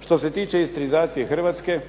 Što se tiče istrianizacije Hrvatske